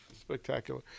spectacular